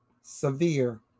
severe